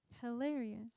Hilarious